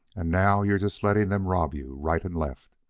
and now you're just letting them rob you right and left.